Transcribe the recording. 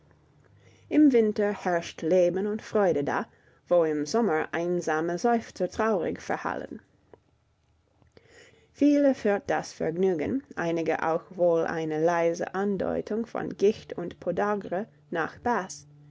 im winter herrscht leben und freude da wo im sommer einsame seufzer traurig verhallen viele führt das vergnügen einige auch wohl eine leise andeutung von gicht und podagra nach bath